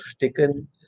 taken